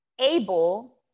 able